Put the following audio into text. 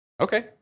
okay